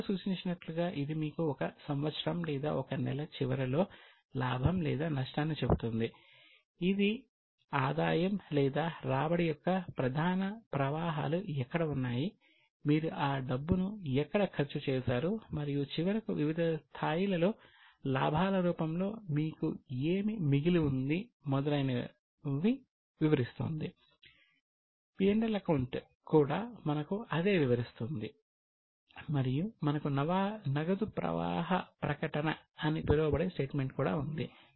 తరువాతిది profit loss account అని పిలువబడే స్టేట్మెంట్ కూడా ఉంది